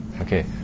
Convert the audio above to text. Okay